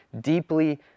deeply